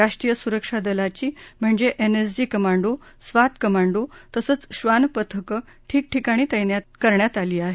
राष्ट्रीय सुरक्षा दलाची म्हणजे एनएसजी कमांडो स्वात कमांडो तसंच श्वान पथकं ठिकठिकाणी तैनात करण्यात आली आहेत